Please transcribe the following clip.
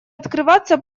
открываться